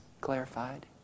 clarified